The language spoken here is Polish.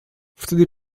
wtedy